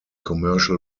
commercial